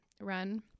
run